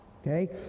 okay